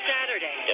Saturday